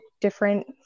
different